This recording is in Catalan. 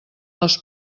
les